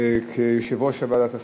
הצעה מס' 1743, כיושב-ראש ועדת הסמים.